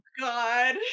God